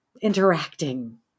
interacting